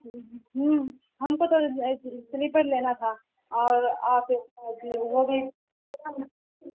ہوں ہم کو تو سلیپر لینا تھا اور آپ وہ بھی